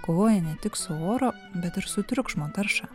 kovoja ne tik su oro bet ir su triukšmo tarša